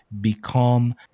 become